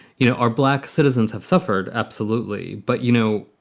you know, our black citizens have suffered. absolutely. but, you know,